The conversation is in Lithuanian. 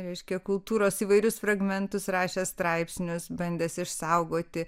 reiškia kultūros įvairius fragmentus rašęs straipsnius bandęs išsaugoti